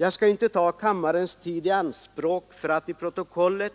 Jag skall inte ta kammarens tid i anspråk för att i protokollet